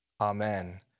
amen